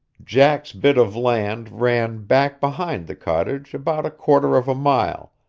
jack's bit of land ran back behind the cottage about a quarter of a mile,